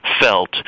felt